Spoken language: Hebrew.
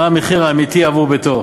מה המחיר האמיתי עבור ביתו.